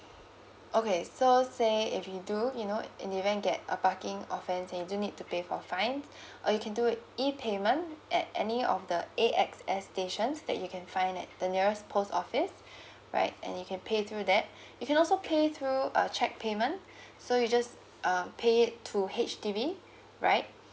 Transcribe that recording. okay so say if you do you know in the event get a parking offence and you do need to pay for fines uh you can do it E payment at any of the A_X_S stations that you can find at the nearest post office right and you can pay through that you can also pay through uh cheque payment so you just uh pay it to H_D_B right